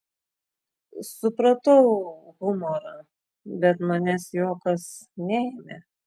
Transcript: supratau humorą bet manęs juokas neėmė